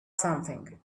something